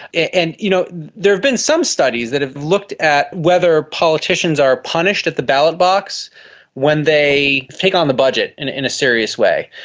and you know there have been some studies that have looked at whether politicians are punished at the ballot box when they take on the budget in in a serious way.